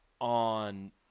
on